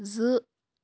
زٕ